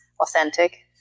authentic